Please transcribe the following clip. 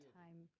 time